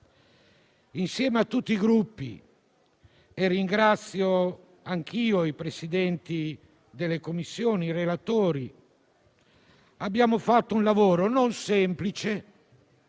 Insieme a tutti i Gruppi - ringrazio anch'io i Presidenti delle Commissioni e i relatori - abbiamo fatto un lavoro non semplice,